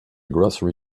grocery